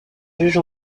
juge